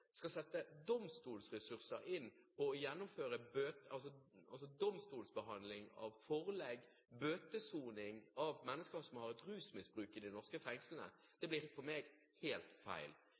domstolsressurser på å domstolsbehandle forelegg og bøtelegge mennesker med rusmisbruk i de norske fengslene. Det blir for meg helt feil.